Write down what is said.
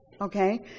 Okay